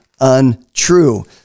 untrue